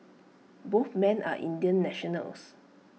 both men are Indian nationals